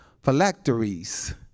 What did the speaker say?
phylacteries